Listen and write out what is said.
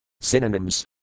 Synonyms